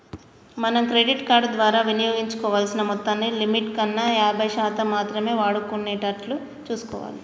మనం credit card ద్వారా వినియోగించాల్సిన మొత్తాన్ని లిమిట్ కన్నా యాభై శాతం మాత్రమే వాడుకునేటట్లు చూసుకోవాలి